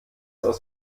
aus